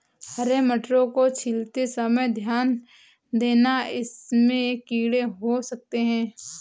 हरे मटरों को छीलते समय ध्यान देना, इनमें कीड़े हो सकते हैं